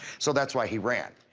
so that's why he ran.